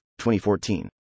2014